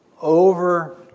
over